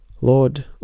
Lord